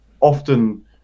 often